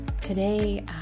Today